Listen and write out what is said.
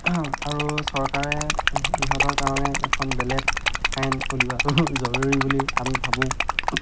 আৰু চৰকাৰে ইহঁতৰ কাৰণে এখন বেলেগ আইন উলিয়াব জৰুৰী বুলি আমি ভাবোঁ